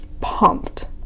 Pumped